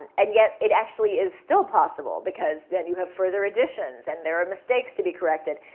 and yet, it actually is still possible because then you have further editions and there are mistakes to be corrected.